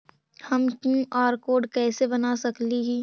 हम QR code कैसे बना सकली ही?